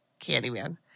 candyman